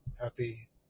happy